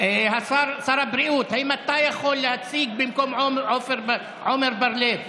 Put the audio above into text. שר הבריאות, האם אתה יכול להציג במקום עמר בר לב?